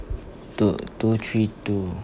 two two three two